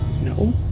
No